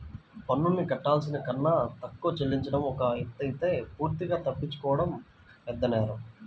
పన్నుల్ని కట్టాల్సిన కన్నా తక్కువ చెల్లించడం ఒక ఎత్తయితే పూర్తిగా తప్పించుకోవడం పెద్దనేరం